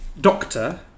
doctor